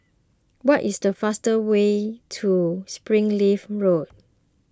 what is the fastest way to Springleaf Road